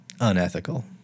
unethical